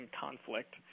conflict